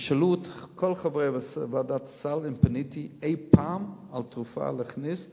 תשאלו את כל חברי ועדת הסל אם פניתי אי-פעם להכניס תרופה.